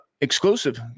exclusive